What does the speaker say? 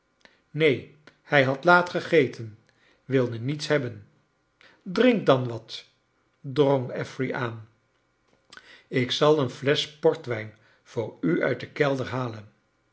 neen hij had laat gegeten wilde niets hebben drink dan wat drong affery aan ik zal een flesch portwijn voor u uit den kelder halen